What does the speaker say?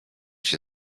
się